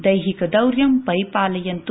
दैहिक दौर्यं परिपालयन्तु